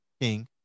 King